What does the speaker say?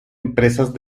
empresas